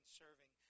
serving